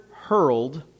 hurled